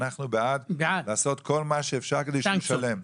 אנחנו בעד לעשות כל מה שאפשר כדי שישלם.